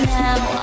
now